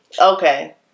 Okay